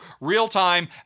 real-time